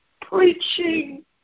preaching